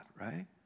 right